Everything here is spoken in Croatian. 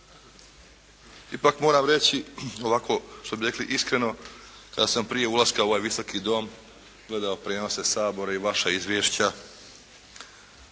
Ipak moram reći ovako što bi rekli iskreno, kada sam prije ulaska u ovaj Visoki dom gledao prijenose Sabora i vaša izvješća